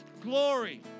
glory